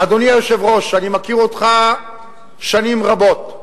אדוני היושב-ראש, אני מכיר אותך שנים רבות,